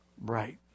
right